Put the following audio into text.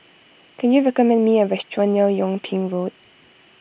can you recommend me a restaurant near Yung Ping Road